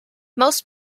most